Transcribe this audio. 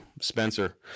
spencer